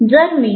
जर मी 2